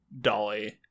Dolly